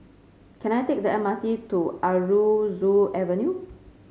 can I take the M R T to Aroozoo Avenue